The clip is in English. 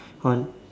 on